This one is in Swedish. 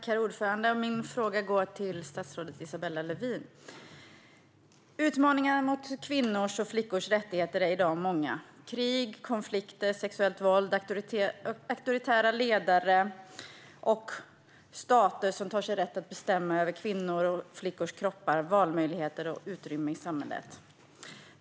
Herr talman! Min fråga går till statsrådet Isabella Lövin. Utmaningarna mot kvinnors och flickors rättigheter är i dag många: krig, konflikter, sexuellt våld, auktoritära ledare och stater som tar sig rätt att bestämma över kvinnors och flickors kroppar, valmöjligheter och utrymme i samhället.